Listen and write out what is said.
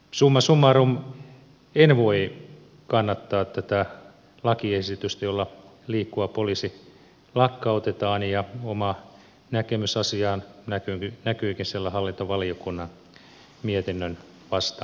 summa summarum en voi kannattaa tätä lakiesitystä jolla liikkuva poliisi lakkautetaan ja oma näkemykseni asiaan näkyykin siellä hallintovaliokunnan mietinnön vastalauseessa